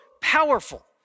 powerful